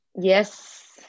Yes